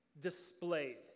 displayed